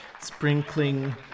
sprinkling